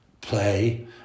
play